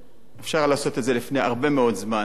אפשר היה לעשות את זה לפני הרבה מאוד זמן.